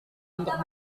untuk